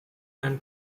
non